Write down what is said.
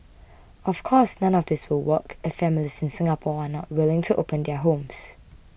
of course none of this will work if families in Singapore are not willing to open their homes